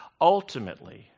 ultimately